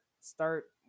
start